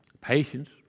Patience